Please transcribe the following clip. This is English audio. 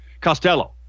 Costello